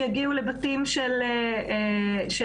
שיגיעו לבתים של אנשים,